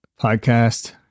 podcast